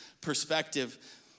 perspective